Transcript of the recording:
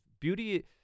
beauty